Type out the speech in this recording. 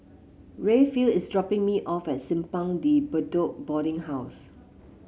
Rayfield is dropping me off at Simpang De Bedok Boarding House